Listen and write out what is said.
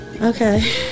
Okay